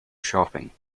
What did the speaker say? shopping